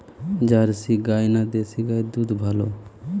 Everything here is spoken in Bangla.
জার্সি গাই না দেশী গাইয়ের দুধ ভালো?